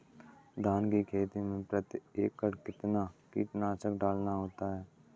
धान की खेती में प्रति एकड़ कितना कीटनाशक डालना होता है?